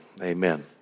Amen